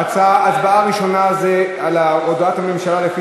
ההצבעה הראשונה היא על הודעת הממשלה,